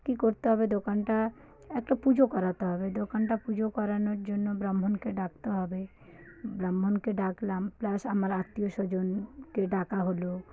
কী করতে হবে দোকানটা একটা পুজো করাতে হবে দোকানটা পুজো করানোর জন্য ব্রাহ্মণকে ডাকতে হবে ব্রাহ্মণকে ডাকলাম প্লাস আমার আত্মীয় স্বজনকে ডাকা হলো